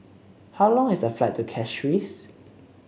how long is the flight to Castries